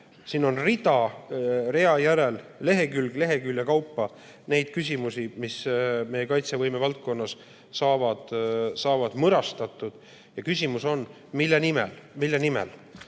Siin on rida rea järel, lehekülg lehekülje järel neid küsimusi, mis meie kaitsevõime valdkonnas saavad mõrastatud. Ja küsimus on, mille nimel. Mille nimel?